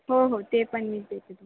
हो हो ते पण मी देते तुम